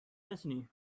destiny